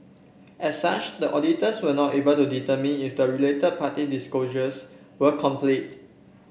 as such the auditors were not able to determine if the related party disclosures were complete